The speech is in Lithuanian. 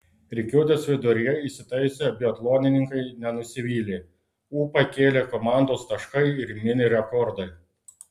rikiuotės viduryje įsitaisę biatlonininkai nenusivylė ūpą kėlė komandos taškai ir mini rekordai